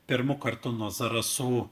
pirmu kartu nuo zarasų